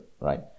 Right